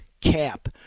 cap